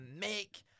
make